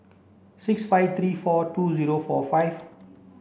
six five three four two zero four five